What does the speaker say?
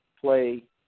play